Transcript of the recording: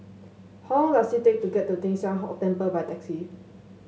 how long does it take to get to Teng San Tian Hock Temple by taxi